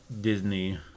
Disney